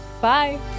Bye